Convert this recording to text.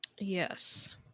Yes